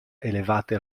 elevate